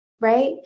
right